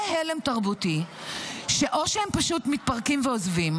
הלם תרבותי שאו שהם פשוט מתפרקים ועוזבים,